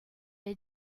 est